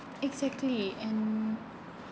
exactly and